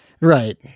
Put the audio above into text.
Right